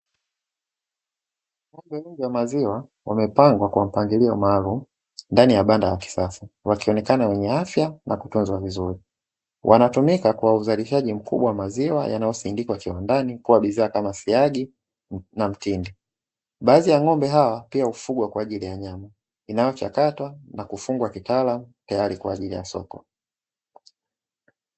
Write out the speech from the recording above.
Ng’ombe wengi wa maziwa wamepangwa kwa mpangilio maalum ndani ya banda la kisasa, wakionekana wenye afya na kutunzwa vizuri. Wanatumika kwa uzalishaji mkubwa wa maziwa yanayosindikwa kiwandani kuwa bidhaa kama siagi na mtindi. Baadhi ya ng’ombe hao pia hufugwa kwa ajili ya nyama, inayochakatwa na kufungwa kitaalamu tayari kwa ajili ya soko.